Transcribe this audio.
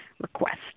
request